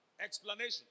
explanation